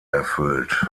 erfüllt